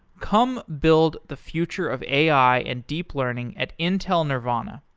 come build the future of ai and deep learning at intel nervana.